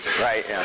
right